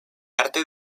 arte